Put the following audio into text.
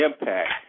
impact